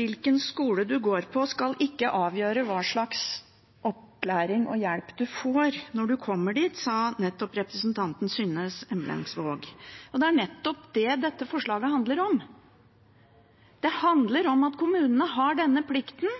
Hvilken skole man går på, skal ikke avgjøre hva slags opplæring og hjelp man får når man kommer dit, sa nettopp representanten Synnes Emblemsvåg. Det er nettopp det dette forslaget handler om. Det handler om at kommunene har denne plikten,